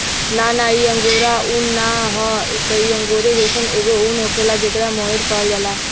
ना ना इ अंगोरा उन ना ह इ त अंगोरे जइसन एगो उन होखेला जेकरा मोहेर कहल जाला